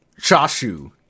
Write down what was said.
Chashu